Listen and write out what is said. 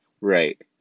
right